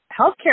healthcare